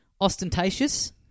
Ostentatious